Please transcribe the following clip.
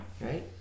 right